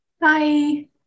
bye